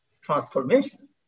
transformation